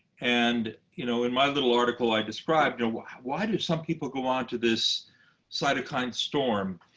and you know in my little article, i described why why do some people go on to this cytokine storm?